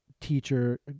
teacher